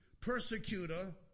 persecutor